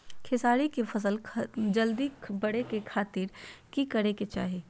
खेसारी के फसल जल्दी बड़े के खातिर की करे के चाही?